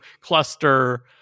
cluster